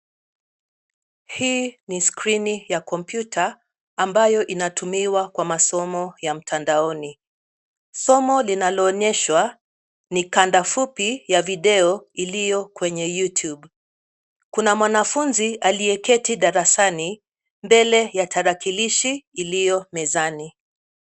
Hii ni skrini ya kompyuta ambayo inatumiwa kwa masomo ya mtandaoni. Somo linaloonyeshwa ni kanda fupi ya video iliyo kwenye YouTube . Kuna mwanafunzi aliyeketi darasani mbele ya tarakilishi iliyo mezani.